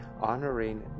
honoring